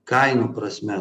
kainų prasme